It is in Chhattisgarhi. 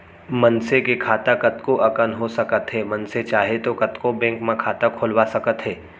मनसे के खाता कतको अकन हो सकत हे मनसे चाहे तौ कतको बेंक म खाता खोलवा सकत हे